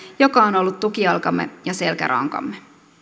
joka on ollut tukijalkamme ja selkärankamme